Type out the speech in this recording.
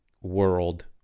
world